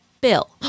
Bill